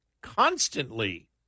constantly